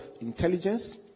intelligence